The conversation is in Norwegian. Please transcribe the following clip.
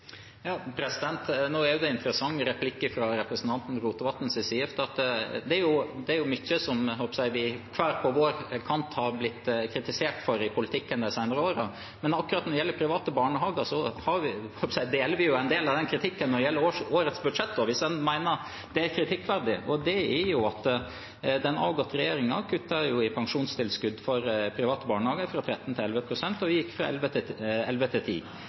Nå er jo det en interessant replikk fra representanten Rotevatn sin side. Det er mye som vi, hver på vår kant, har blitt kritisert for i politikken de senere årene. Men akkurat når det gjelder private barnehager, deler vi en del av den kritikken når det gjelder årets budsjett, hvis en mener at det er kritikkverdig, og det er at den avgåtte regjeringen kuttet i pensjonstilskudd for private barnehager, fra 13 til 11 pst., og vi gikk fra 11 til